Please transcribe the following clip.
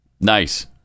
Nice